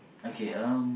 okay um